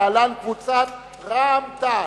להלן: קבוצת רע"ם-תע"ל.